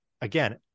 again